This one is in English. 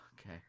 Okay